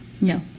No